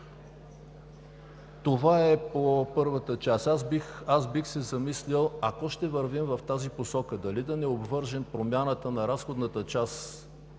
Това е по първата част. Бих се замислил, ако ще вървим в тази посока, дали да не обвържем промяната на разходната част